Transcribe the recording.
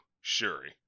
shuri